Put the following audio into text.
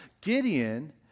Gideon